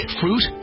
fruit